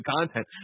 content